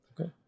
okay